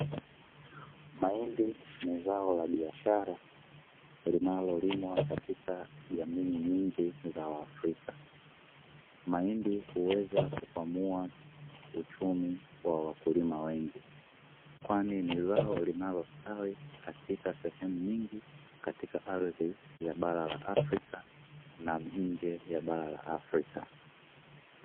Mahindi ni zao la biashara linalolimwa katika jamii nyingi za waafrika. Mahindi huweza kukwamua uchumi wa wakulima wengi kwani ni zao linalostawi katika sehemu nyingi katika ardhi ya bara la Afrika na nje ya bara la Afrika.